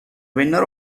winner